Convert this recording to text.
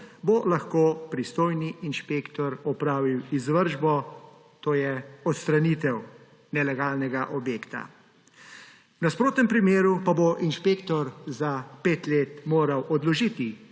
bo lahko pristojni inšpektor opravil izvršbo, to je odstranitev nelegalnega objekta. V nasprotnem primeru pa bo inšpektor za pet let moral odložiti